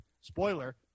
Spoiler